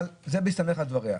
אבל זה בהסתמך על דבריה.